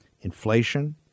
Inflation